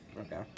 Okay